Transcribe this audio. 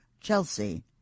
Chelsea